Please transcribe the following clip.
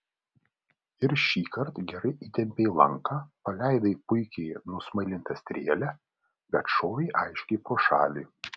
ir šįkart gerai įtempei lanką paleidai puikiai nusmailintą strėlę bet šovei aiškiai pro šalį